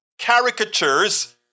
caricatures